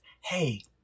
Hey